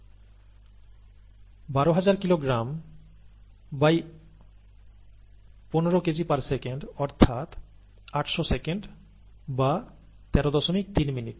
12000 kilogram KG per second অর্থাৎ 800 second বা 133 minute